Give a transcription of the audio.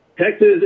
Texas